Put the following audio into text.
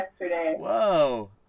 Whoa